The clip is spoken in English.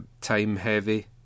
time-heavy